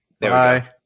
Bye